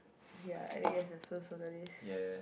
ya I think it's a